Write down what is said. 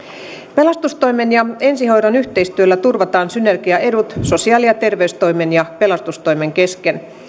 pelastustoimen ja ensihoidon yhteistyöllä turvataan synergiaedut sosiaali ja terveystoimen ja pelastustoimen kesken